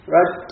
Right